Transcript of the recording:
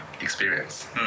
experience